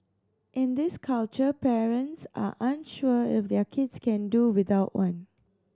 in this culture parents are unsure if their kids can do without one